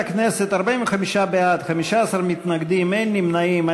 חברי הכנסת, 45 בעד, 15 מתנגדים, אין נמנעים.